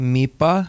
Mipa